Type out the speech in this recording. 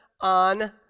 on